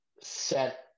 set